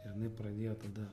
ir jinai pradėjo tada